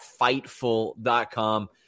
Fightful.com